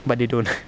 but they don't